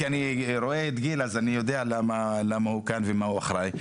אני רואה את גיל ואני יודע למה הוא כאן ועל מה הוא אחראי.